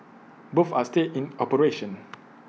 both are still in operation